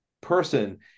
person